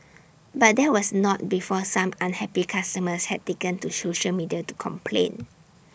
but that was not before some unhappy customers had taken to social media to complain